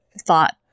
thought-